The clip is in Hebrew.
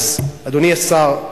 אדוני השר,